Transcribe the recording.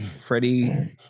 Freddie